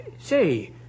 Say